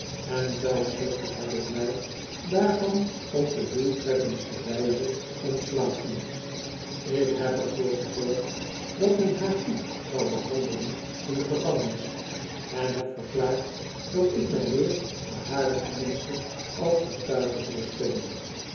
en zelfzuchtig heb ik mij daarvan op de doeltreffendste wijze ontslagen ik heb er voor gezorgd dat men haar goed zou behandelen in de gevangenis en heb verklaard dat ik mij weer te haren gunste als getuige zou stellen